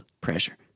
pressure